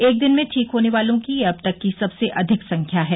एक दिन में ठीक होने वालों की यह अब तक की सबसे अधिक संख्या है